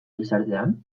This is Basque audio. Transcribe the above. gizartean